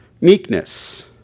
meekness